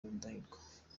rudahigwa